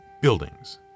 Buildings